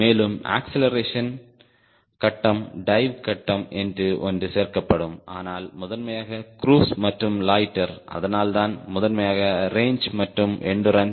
மேலும் அக்ஸ்லெரேஷன் கட்டம் டைவ் கட்டம் என்று ஒன்று சேர்க்கப்படும் ஆனால் முதன்மையாக க்ரூஸ் மற்றும் லொய்ட்டர் அதனால்தான் முதன்மையாக ரேஞ்ச் மற்றும் எண்டுரன்ஸ்